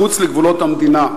מחוץ לגבולות המדינה.